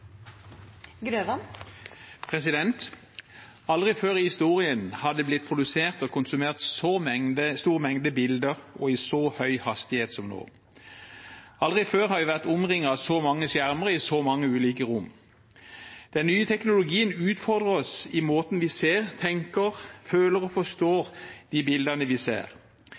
Aldri før i historien har det blitt produsert og konsumert så store mengder bilder og i så høy hastighet som nå. Aldri før har vi vært omringet av så mange skjermer i så mange ulike rom. Den nye teknologien utfordrer oss i måten vi ser, tenker, føler og forstår de bildene vi ser.